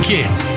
Kids